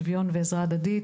שוויון ועזרה הדדית,